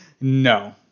no